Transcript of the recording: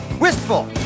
wistful